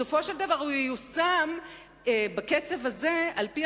בסופו של דבר הוא ייושם בקצב הזה על-פי